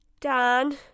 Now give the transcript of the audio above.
Dan